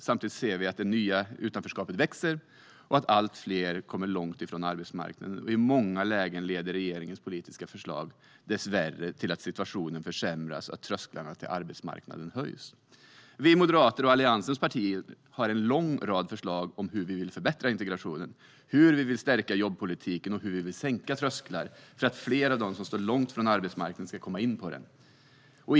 Samtidigt ser vi att det nya utanförskapet växer, att allt fler kommer långt från arbetsmarknaden och att regeringens politiska förslag i många lägen dessvärre leder till att situationen försämras och att trösklarna till arbetsmarknaden höjs. Vi moderater och Alliansens partier har en lång rad förslag om hur vi vill förbättra integrationen, stärka jobbpolitiken och sänka trösklar för att fler av dem som står långt från arbetsmarknaden ska komma in på den.